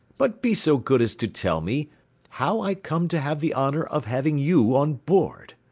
but be so good as to tell me how i come to have the honour of having you on board?